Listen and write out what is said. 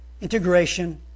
integration